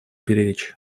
беречь